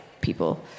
people